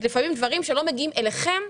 לפעמים דברים שלא מגיעים אליכם,